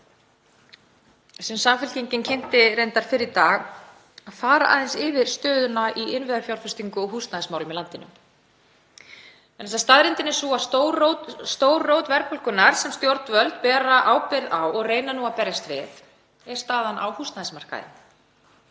sem Samfylkingin kynnti reyndar fyrr í dag, að fara aðeins yfir stöðuna í innviðafjárfestingu og húsnæðismálum í landinu. Staðreyndin er sú að stór rót verðbólgunnar sem stjórnvöld bera ábyrgð á og reyna að berjast við er staðan á húsnæðismarkaðnum.